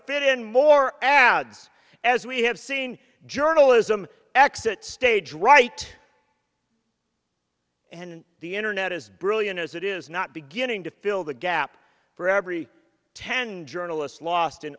fit in more ads as we have seen journalism exit stage right and the internet is brilliant as it is not beginning to fill the gap for every ten journalists lost